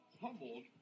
humbled